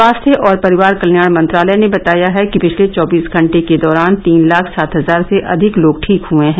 स्वास्थ्य और परिवार कल्याण मंत्रालय ने बताया है कि पिछले चौबीस घंटे के दौरान तीन लाख सात हजार से अधिक लोग ठीक हुए हैं